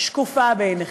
שקופה בעיניכם.